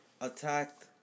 attacked